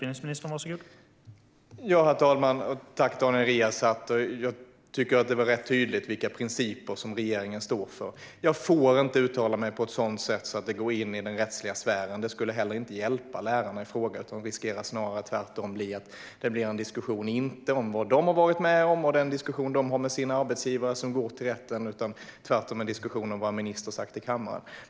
Herr talman! Tack, Daniel Riazat! Jag tycker att jag var rätt tydlig med vilka principer som regeringen står för. Jag får inte uttala mig på ett sådant sätt att det kan påverka den rättsliga sfären. Det skulle inte heller hjälpa lärarna i fråga. Tvärtom riskerar det att bli en diskussion, inte om vad lärarna har varit med om och som de har gått till rätten med och som de diskuterar med sin arbetsgivare om, utan i stället om vad ministern har sagt i kammaren.